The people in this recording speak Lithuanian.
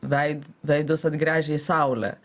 vei veidus atgręžę į saulę